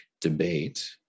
debate